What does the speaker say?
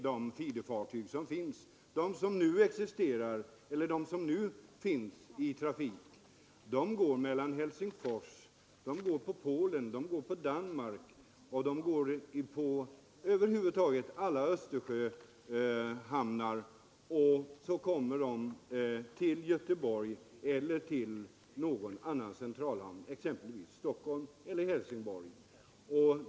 De feederfartyg som nu finns i trafik går på Helsingfors, på Polen, på Danmark och över huvud taget på alla Östersjöhamnar, och de för sina laster till Göteborg eller någon annan centralhamn, exempelvis Stockholm eller Helsingborg.